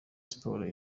sports